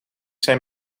zijn